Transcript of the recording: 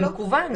במקוון.